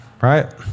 right